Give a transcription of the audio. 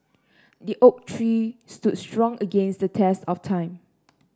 the oak tree stood strong against the test of time